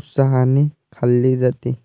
उत्साहाने खाल्ले जाते